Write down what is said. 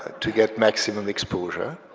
to get maximum exposure.